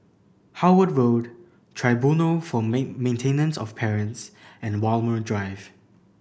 Howard Road Tribunal for Maintenance of Parents and Walmer Drive